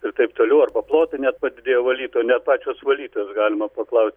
ir taip toliau arba plotai net padidėjo valytojų net pačios valytojos galima paklaust